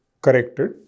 corrected